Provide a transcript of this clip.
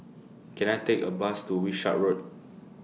Can I Take A Bus to Wishart Road